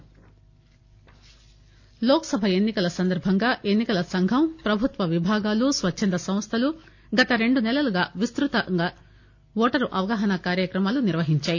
ఓటర్లు జిల్లాలు లోక్ సభ ఎన్నికల సందర్బంగాఎన్నికల సంఘం ప్రభుత్వ విభాగాలు స్వచ్చంద సంస్థలు గత రెండునెలలుగా విస్తృతంగా ఓటరు అవగాహన కార్యక్రమాలు నిర్వహించాయి